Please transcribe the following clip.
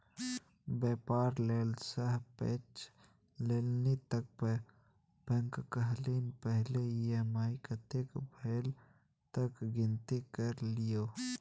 बेपार लेल बैंक सँ पैंच लेलनि त बैंक कहलनि पहिने ई.एम.आई कतेक भेल तकर गिनती कए लियौ